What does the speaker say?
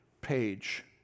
page